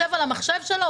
הוא ישב על המחשב שלו.